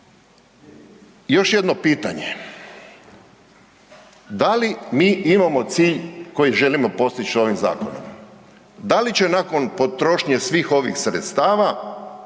Još jedno pitanje. Da li mi imamo cilj koji želimo postić ovim zakonom? Da li će nakon potrošnje svih ovih sredstava